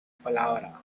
palabra